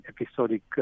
episodic